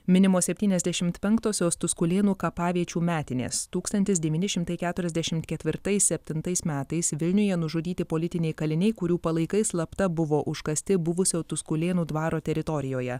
minimos septyniasdešimt penktosios tuskulėnų kapaviečių metinės tūkstantis devyni šimtai keturiasdešimt ketvirtais septintais metais vilniuje nužudyti politiniai kaliniai kurių palaikai slapta buvo užkasti buvusio tuskulėnų dvaro teritorijoje